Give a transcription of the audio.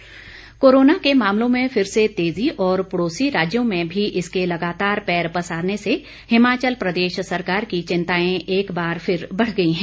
मुख्यमंत्री वक्तव्य corona corona के मामलों में फिर से तेजी और पड़ोसी राज्यों में भी इसके लगातार पैर पसारने से हिमाचल प्रदेश सरकार की चिंताएं एक बार फिर बढ़ गई हैं